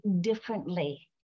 differently